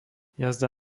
jazda